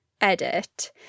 edit